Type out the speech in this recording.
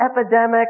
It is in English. epidemic